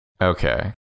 okay